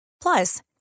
Plus